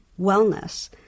wellness